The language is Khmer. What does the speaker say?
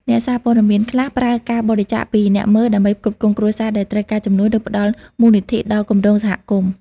អ្នកសារព័ត៌មានខ្លះប្រើការបរិច្ចាគពីអ្នកមើលដើម្បីផ្គត់ផ្គង់គ្រួសារដែលត្រូវការជំនួយ ឬផ្តល់មូលនិធិដល់គម្រោងសហគមន៍។